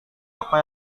apa